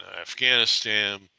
afghanistan